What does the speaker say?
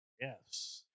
yes